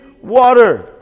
water